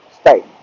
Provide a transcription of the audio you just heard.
state